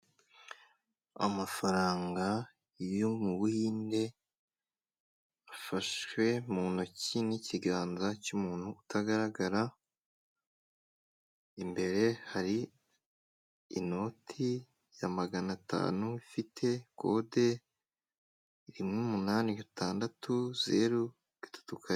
Amafaranga yo mu Buhinde afashwe mu ntoki n'ikiganza cy'umuntu utagaragara, imbere hari inoti ya magana atanu ifite kode rimwe, umunani, gatandatu, zeru, gatatu,...